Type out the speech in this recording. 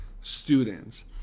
students